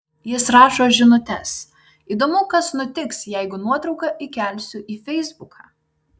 jis rašo žinutes įdomu kas nutiks jeigu nuotrauką įkelsiu į feisbuką